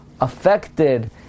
affected